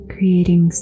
Creating